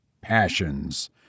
passions